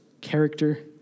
character